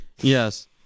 Yes